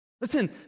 Listen